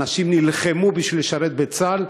אנשים נלחמו בשביל לשרת בצה"ל,